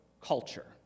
culture